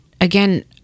again